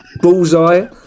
Bullseye